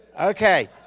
Okay